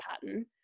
pattern